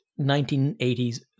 1980s